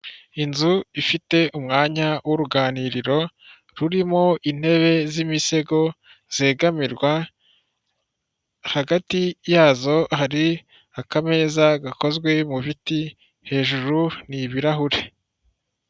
Inzu ifite umwanya w'uruganiriro rurimo intebe z'imisego zegamirwa, hagati yazo hari akameza gakozwe mu biti, hejuru ni ibirahuri.